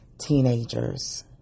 teenagers